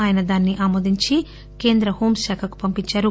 ఆయన దానిని ఆమోదించి కేంద్ర హోంశాఖకు పంపించారు